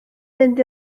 fynd